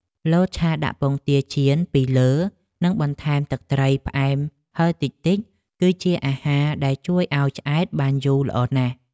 លតឆាដាក់ពងទាចៀនពីលើនិងបន្ថែមទឹកត្រីផ្អែមហឹរតិចៗគឺជាអាហារដែលជួយឱ្យឆ្អែតបានយូរល្អណាស់។